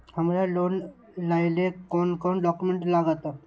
हमरा लोन लाइले कोन कोन डॉक्यूमेंट लागत?